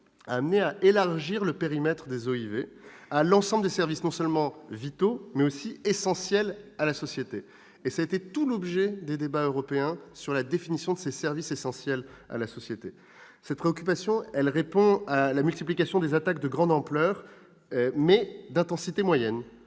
a conduit à élargir le périmètre des OIV à l'ensemble des services non seulement vitaux, mais même essentiels à la société. Cela a été tout l'objet des débats européens sur la définition des services essentiels à la société. Cette occupation répond à la multiplication d'attaques de grande ampleur, mais d'intensité moyenne,